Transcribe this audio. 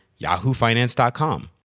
yahoofinance.com